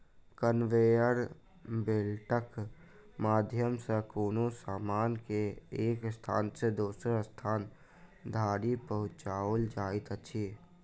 conveyor बेल्टक माध्यम सॅ कोनो सामान के एक स्थान सॅ दोसर स्थान धरि पहुँचाओल जाइत अछि